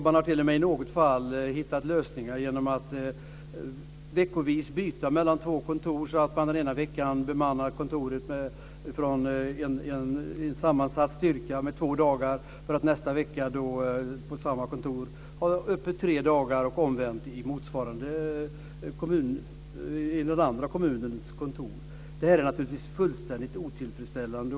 Man har t.o.m. i något fall hittat lösningar genom att veckovis byta mellan två kontor så att man den ena veckan bemannar kontoret med en sammansatt styrka under två dagar för att nästa vecka ha öppet tre dagar. I den andra kommunens kontor har det varit omvänt. Det här är naturligtvis fullständigt otillfredsställande.